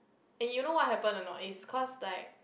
and you know what happened anot is cause like